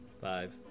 Five